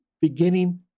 beginning